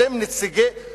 אתם נציגי